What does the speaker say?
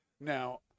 now